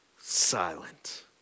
silent